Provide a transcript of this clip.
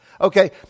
Okay